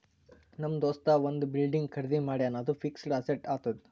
ನಮ್ ದೋಸ್ತ ಒಂದ್ ಬಿಲ್ಡಿಂಗ್ ಖರ್ದಿ ಮಾಡ್ಯಾನ್ ಅದು ಫಿಕ್ಸಡ್ ಅಸೆಟ್ ಆತ್ತುದ್